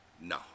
No